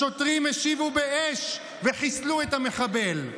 השוטרים השיבו באש וחיסלו את המחבל.